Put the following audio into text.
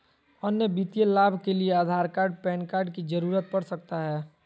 अन्य वित्तीय लाभ के लिए आधार कार्ड पैन कार्ड की जरूरत पड़ सकता है?